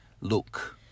look